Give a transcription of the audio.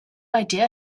idea